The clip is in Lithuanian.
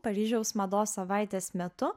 paryžiaus mados savaitės metu